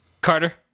Carter